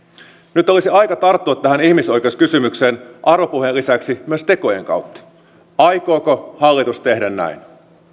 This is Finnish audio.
nyt olisi aika tarttua tähän ihmisoikeuskysymykseen arvopuheen lisäksi myös tekojen kautta aikooko hallitus tehdä näin